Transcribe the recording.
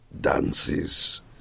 dances